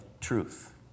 truth